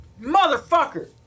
motherfucker